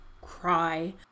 cry